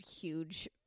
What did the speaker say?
huge